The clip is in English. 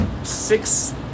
Six